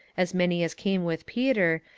as many as came with peter,